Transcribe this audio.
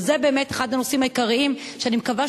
וזה באמת אחד הנושאים העיקריים שאני מקווה